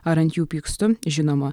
ar ant jų pykstu žinoma